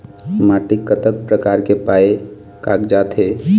माटी कतक प्रकार के पाये कागजात हे?